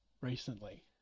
recently